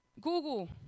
Google